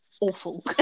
awful